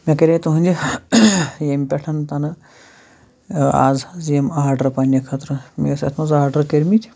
مےٚ کَرے تُہٕنٛدِ ییٚمہِ پٮ۪ٹھ تَنہٕ آز حظ یِم آرڈَر پنٛنہِ خٲطرٕ مےٚ ٲس اَتھ منٛز آرڈَر کٔرۍ مٕتۍ